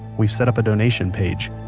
we've set up a donation page.